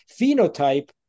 phenotype